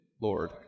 Lord